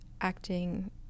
acting